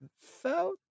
felt